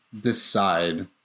decide